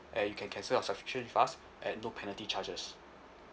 and you can cancel your subscription with us and no penalty charges